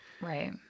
Right